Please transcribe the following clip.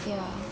ya